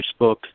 Facebook